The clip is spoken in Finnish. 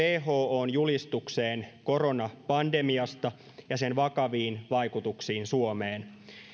whon julistukseen koronapandemiasta ja sen vakaviin vaikutuksiin suomeen